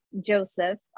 joseph